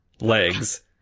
legs